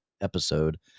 episode